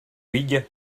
huyghe